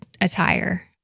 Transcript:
attire